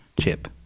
chip